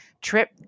trip